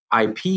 IP